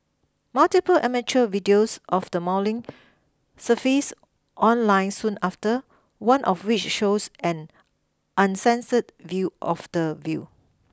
multiple amateur videos of the mauling surfaced online soon after one of which shows an uncensored view of the view